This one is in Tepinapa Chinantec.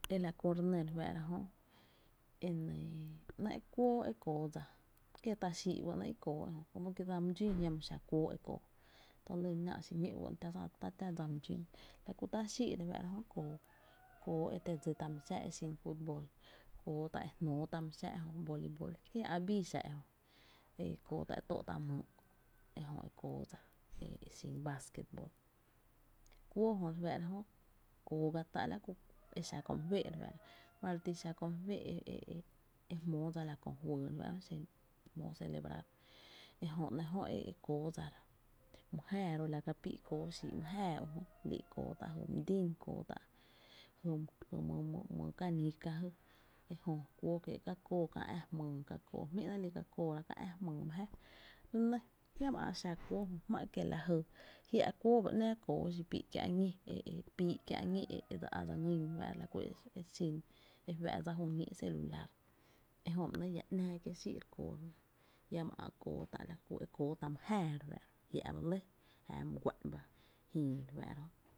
Ela kú re nɇ re fáá’ra jö, e nɇɇ, ‘nɇɇ’ kuóó e kóó’ dsa kié’ tá’ xii’ ba ‘nɇɇ’ i kóó como que dsa my dxún jiama xa kuóó e kóó talýn náá’ xiñó’ biga ‘nɇɇ’ tá’ täa dsa my dxún, la kú tá’ xíí’ ba ‘nɇɇ’ jö kóó, kóó e te dsí tá’ my xáá’ e xin futbol, kóó tá’, jnóotá’ my xáá’ jö ki jia’ ä’ bii xa ejö, kóó tá’ e töö’ tá’ myy’ kö’ ejö e kóó dsa e xin vasquetbol, kuóó jö re fáá’ra jö kóó ga tá’ mali xa kö my féé’ e e jmóo dsa la kö fyy re fá’ra jö e jmóo celebrar ejö nɇɇ’ jö e kóó dsa, my jáaá ro’ nɇɇ´’ jö la ka pii’ kóo xíi’ my jáaá ujö, lii’ kóó tá’ jy my din e kóótá’ jy my my, my canica jy e jö kuóó kiéé’, ka kóo kä ä’ jmyy ka kóó jmí’ ‘nɇɇ’ lii’ ka kóóra kä ä’ jmyy mý jáaá re nɇ jiama ä xa kuóó jö e kie’ lajy jia’ kuóó ba ‘náá kóó xipii’ kiä’ ñí, e e pi kiä’ ñí, dse á dse ‘ngýn re fáá’ra e xin efá’ dsa juñíí’ celular, ejö ba néé’ iä ‘náá kié’ xii’ re kóó re nɇ jiama ä’ kóó tá’ la ku e kóó tá’ my jäaá re fáá’ra jö, jia’ ba lɇ jáaá my guá’n ba jïï re fáá’ra jö.